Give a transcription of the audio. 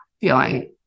feeling